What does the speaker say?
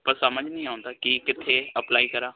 ਪਰ ਸਮਝ ਨਹੀਂ ਆਉਂਦਾ ਕੀ ਕਿੱਥੇ ਅਪਲਾਈ ਕਰਾਂ